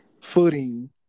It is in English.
footing